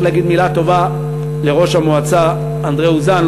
צריך להגיד מילה טובה לראש המועצה אנדרי אוזן,